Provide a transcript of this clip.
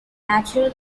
natural